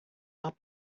not